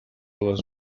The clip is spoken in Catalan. les